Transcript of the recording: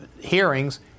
hearings